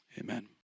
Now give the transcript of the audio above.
Amen